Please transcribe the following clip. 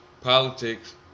politics